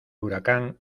huracán